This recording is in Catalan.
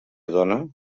dona